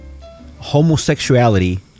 Homosexuality